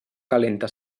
calenta